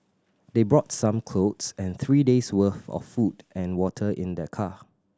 they brought some clothes and three days' worth of food and water in their car